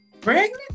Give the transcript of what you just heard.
Pregnant